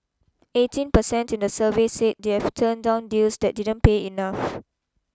eighteen percent in the survey said they've turned down deals that didn't pay enough